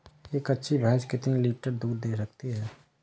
एक अच्छी भैंस कितनी लीटर दूध दे सकती है?